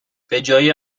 بجای